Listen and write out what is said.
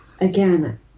again